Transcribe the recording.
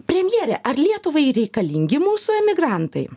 premjere ar lietuvai reikalingi mūsų emigrantai